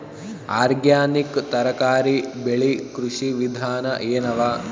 Organic ತರಕಾರಿ ಬೆಳಿ ಕೃಷಿ ವಿಧಾನ ಎನವ?